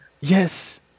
Yes